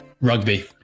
Rugby